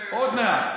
עוד מעט.